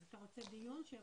לא צריך דיון.